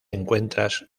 encuentras